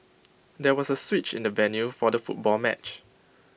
there was A switch in the venue for the football match